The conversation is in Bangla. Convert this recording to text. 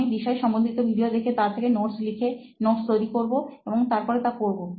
আমি বিষয় সম্বন্ধিত ভিডিও দেখে তা থেকে নোটস লিখেনোটস তৈরি করবো এবং তারপর তা পড়বো